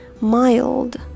mild